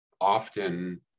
often